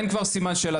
אין כבר סימן שאלה,